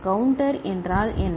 counter என்றால் என்ன